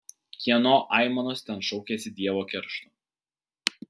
kieno aimanos ten šaukiasi dievo keršto